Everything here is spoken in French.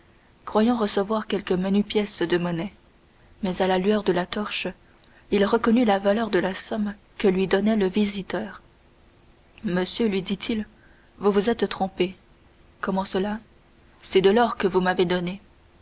croyant recevoir quelques menues pièces de monnaie mais à la lueur de la torche il reconnut la valeur de la somme que lui donnait le visiteur monsieur lui dit-il vous vous êtes trompé comment cela c'est de l'or que vous m'avez donné